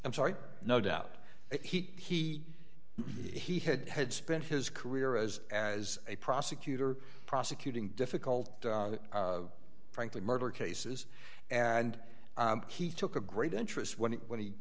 i'm sorry no doubt he he had had spent his career as as a prosecutor prosecuting difficult frankly murder cases and he took a great interest when when he